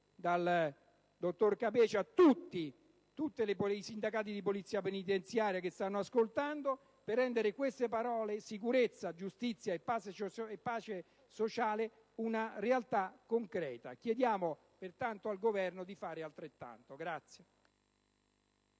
dal dottor Capece a tutti i sindacati di Polizia penitenziaria che stanno ascoltando, per rendere queste parole (sicurezza, giustizia e pace sociale) una realtà concreta. Chiediamo pertanto al Governo di fare altrettanto.